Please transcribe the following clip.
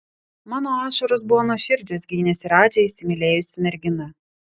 mano ašaros buvo nuoširdžios gynėsi radži įsimylėjusi mergina